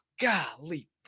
golly